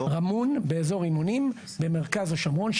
באזור רימונים במרכז השומרון,